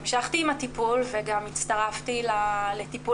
המשכתי עם הטיפול וגם הצטרפתי לטיפול